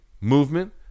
movement